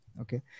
Okay